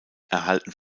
erhalten